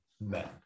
men